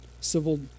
civil